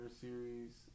series